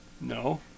No